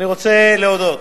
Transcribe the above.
אני רוצה להודות